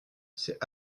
c’est